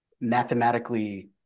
mathematically